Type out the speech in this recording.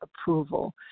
approval